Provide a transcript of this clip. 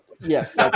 yes